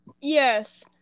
Yes